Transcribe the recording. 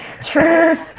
truth